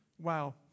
wow